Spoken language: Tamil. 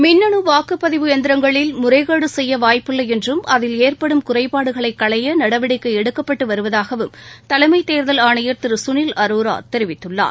மின்னணு வாக்குப்பதிவு எந்திரங்களில் முறைகேடு செய்ய வாய்ப்பில்லை என்றும் அதில் ஏற்படும் குறைபாடுகளை களைய நடவடிக்கை எடுக்கப்பட்டு வருவதாகவும் தலைமைத்தேர்தல் ஆணையர் திரு சுனில் அரோரா தெரிவித்துள்ளார்